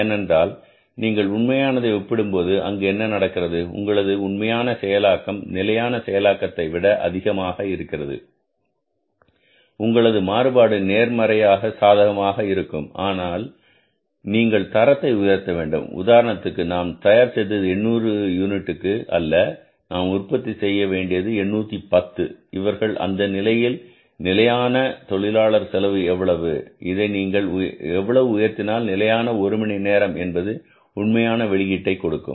ஏனென்றால் நீங்கள் உண்மையானதை ஒப்பிடும்போது அங்கு என்ன நடக்கிறது உங்களது உண்மையான செயலாக்கம் நிலையான செயலாக்கத்தை விட அதிகமாக இருக்கிறது உங்களது மாறுபாடு நேர்மறையாக சாதகமாக இருக்கும் ஆனால் நீங்கள் தரத்தை உயர்த்த வேண்டும் உதாரணத்திற்கு நாம் தயார் செய்தது 800 யூனிட்டுக்கு அல்ல நாம் உற்பத்தி செய்யவேண்டியது 810 இவர்கள் அந்த நிலையில் நிலையான தொழிலாளர் செலவு எவ்வளவு இதை நீங்கள் எவ்வளவு உயர்த்தினால் நிலையான மணி நேரம் என்பது உண்மையான வெளியீட்டை கொடுக்கும்